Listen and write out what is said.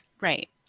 Right